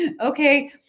okay